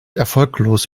erfolglos